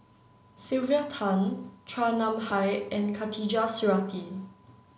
Sylvia Tan Chua Nam Hai and Khatijah Surattee